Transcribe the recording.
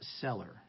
seller